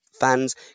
fans